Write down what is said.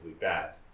bad